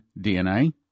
DNA